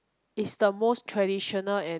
is the most traditional and